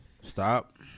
Stop